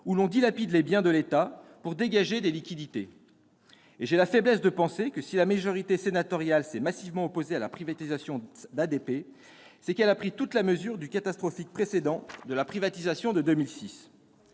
où l'on dilapide les biens de l'État pour dégager des liquidités. Et j'ai la faiblesse de penser que, si la majorité sénatoriale s'est massivement opposée à la privatisation d'ADP, c'est qu'elle a pris toute la mesure du catastrophique précédent de la privatisation de 2006.